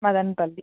Madanapalle